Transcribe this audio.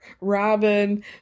robin